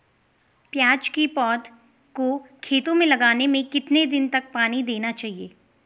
प्याज़ की पौध को खेतों में लगाने में कितने दिन तक पानी देना चाहिए?